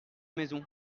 maison